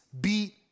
beat